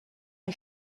mae